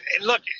Look